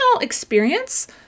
experience